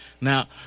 Now